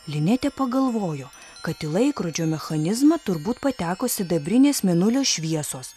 linetė pagalvojo kad į laikrodžio mechanizmą turbūt pateko sidabrinės mėnulio šviesos